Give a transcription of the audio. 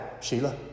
Sheila